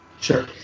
Sure